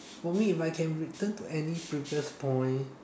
for me if I can return to any previous point